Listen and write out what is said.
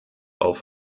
auf